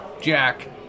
Jack